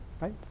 right